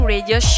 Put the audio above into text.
Radio